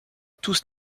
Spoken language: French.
tous